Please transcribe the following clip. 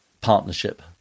partnership